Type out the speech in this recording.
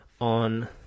on